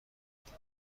ادعای